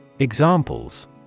Examples